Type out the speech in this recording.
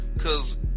Cause